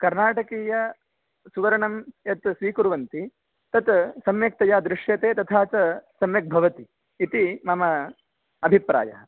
कर्नाटकीयसुवर्णं यत् स्वीकुर्वन्ति तत् सम्यक्तया दृश्यते तथा च सम्यक् भवति इति मम अभिप्रायः